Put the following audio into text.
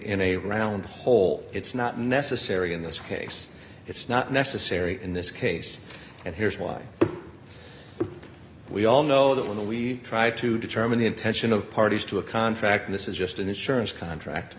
in a round hole it's not necessary in this case it's not necessary in this case and here's why we all know that when we try to determine the intention of parties to a contract this is just an insurance contract